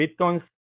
bitcoins